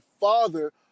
father